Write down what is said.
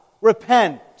repent